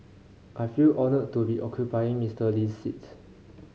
I feel honoured to be occupying Mister Lee's seat